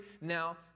Now